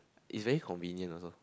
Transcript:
is very convenient also